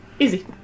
Easy